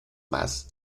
más